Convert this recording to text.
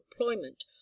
employment